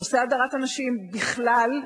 נושא הדרת הנשים בכלל,